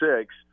six